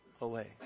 away